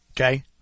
Okay